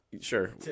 Sure